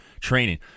training